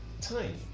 Time